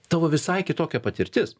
tavo visai kitokia patirtis